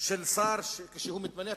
של שר כשהוא מתמנה?